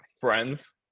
friends